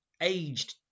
aged